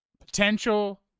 potential